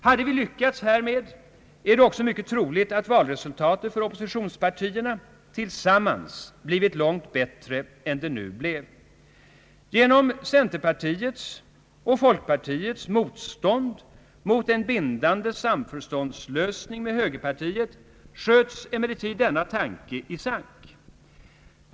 Hade vi lyckats härmed, är det också mycket troligt att valresultatet för oppositionspartierna tillsammans blivit långt bättre än det nu blev. Genom centerpartiets och folkpartiets motstånd mot en bindande samförståndslösning med högerpartiet sköts dock denna tanke i sank.